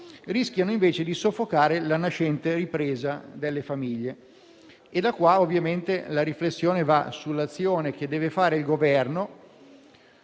rischiano di soffocare la nascente ripresa delle famiglie. Da qua ovviamente la riflessione va sull'azione che deve fare il Governo,